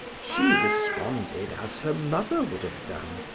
she responded as her mother would have done,